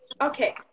Okay